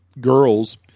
girls